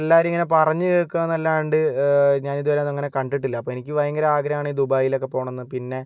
എല്ലാവരും ഇങ്ങനെ പറഞ്ഞ് കേൾക്കുകാന്നല്ലാണ്ട് ഞാൻ ഇത് വരെ അത് അങ്ങനെ കണ്ടിട്ടില്ല അപ്പോൾ എനിക്ക് ഭയങ്കര ആഗ്രഹമാണ് ഈ ദുബായിലൊക്കെ പോകണമെന്ന് പിന്നെ